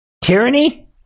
tyranny